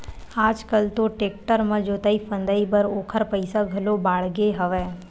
आज कल तो टेक्टर म जोतई फंदई बर ओखर पइसा घलो बाड़गे हवय